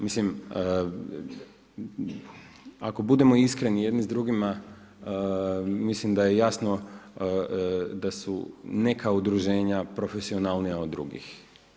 Mislim ako budemo iskreni jedni s drugima mislim da je jasno da su neka udruženja profesionalnija od drugih.